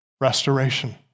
restoration